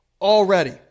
already